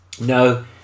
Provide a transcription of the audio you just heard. No